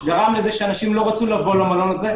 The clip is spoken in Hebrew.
שאנשים לא רצו לבוא למלון הזה,